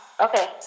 okay